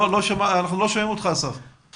אנחנו לא הצלחנו לשמוע אותך בדברים האחרונים.